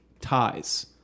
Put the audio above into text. Ties